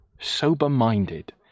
sober-minded